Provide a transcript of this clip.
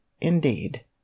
indeed